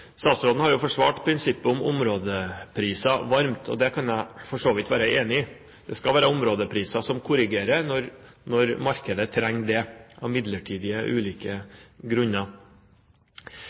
Statsråden har forsvart prinsippet om områdepriser varmt, og det kan jeg for så vidt være enig i. Det skal være områdepriser som korrigerer når markedet trenger det, av ulike midlertidige grunner.